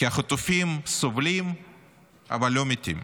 "החטופים סובלים אבל לא מתים".